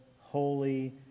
holy